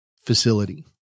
facility